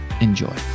Enjoy